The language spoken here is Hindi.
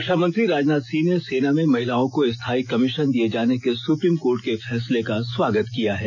रक्षामंत्री राजनाथ सिंह ने सेना में महिलाओं को स्थायी कमीशन दिए जाने के सुप्रीम कोर्ट के फैसले का स्वागत किया है